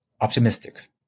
optimistic